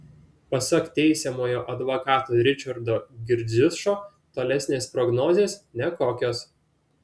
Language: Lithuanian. pasak teisiamojo advokato ričardo girdziušo tolesnės prognozės nekokios